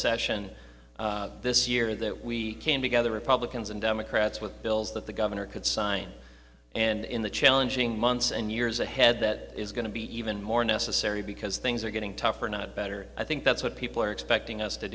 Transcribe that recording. session this year that we came together republicans and democrats with bills that the governor could sign and in the challenging months and years ahead that is going to be even more necessary because things are getting tougher not better i think that's what people are expecting us to